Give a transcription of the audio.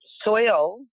soil